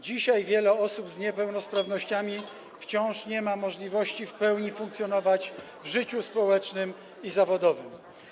Dzisiaj wiele osób z niepełnosprawnościami wciąż nie ma możliwości w pełni funkcjonować w życiu społecznym i zawodowym.